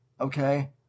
okay